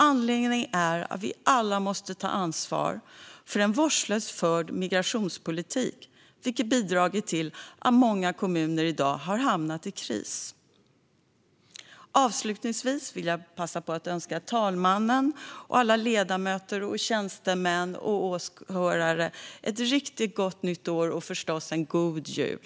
Anledningen är att vi alla måste ta ansvar för en vårdslöst förd migrationspolitik vilken bidragit till att många kommuner i dag har hamnat i kris. Avslutningsvis vill jag passa på att önska talmannen och alla ledamöter, tjänstemän och åhörare ett riktigt gott nytt år och förstås en god jul.